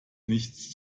nichts